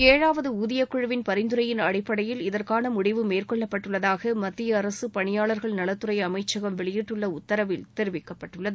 ஏழாவது ஊதியக்குழுவின் பரிந்துரையின் அடிப்படையில் இதற்கான முடிவு மேற்கொள்ளப்பட்டுள்ளதாக மத்திய அரசு பணியாளாகள் நலத்துறை அமைச்சகம் வெளியிட்டுள்ள உத்தரவில் தெரிவிக்கப்பட்டுள்ளது